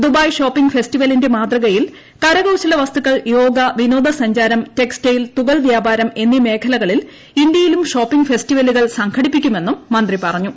Dubai shopping ഫെസ്റ്റിവലിന്റെ മാതൃകയിൽ കരകൌശലവസ്തുക്കൾ യോഗ വിനോദസ്യഞ്ചാരം ടെക്സ്റ്റൈയിൽ തുകൽ വ്യാപാരം എന്നീ മേഖലകളിൽ ക്ക്ത്യയിലും ഷോപിംഗ് ഫെസ്റ്റിവലുകൾ സംഘടിപ്പിക്കുമെന്നും മത്തി പറഞ്ഞു